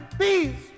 please